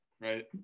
Right